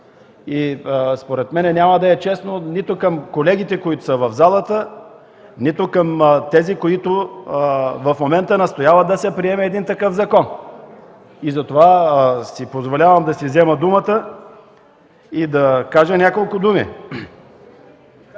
според мен няма да е честно нито към колегите, които са в залата, нито към тези, които в момента настояват да се приеме такъв закон. Затова си позволявам да взема думата и да кажа няколко думи.